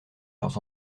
leurs